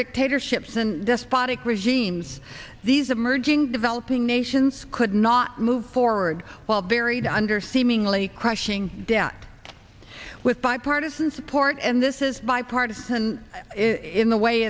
dictatorships and despotic regimes these emerging developing nations could not move forward while buried under seemingly crushing debt with bipartisan support and this is bipartisan in the way